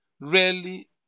rarely